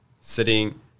sitting